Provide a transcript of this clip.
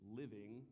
living